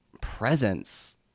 presence